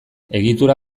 egitura